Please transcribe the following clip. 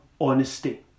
honesty